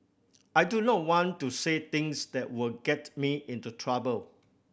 I do not want to say things that will get me into trouble